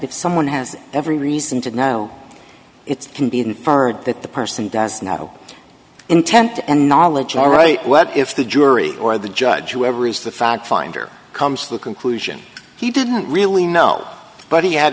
if someone has every reason to know it can be inferred that the person does not know intent and knowledge all right what if the jury or the judge who ever is the fact finder comes to the conclusion he didn't really know but he had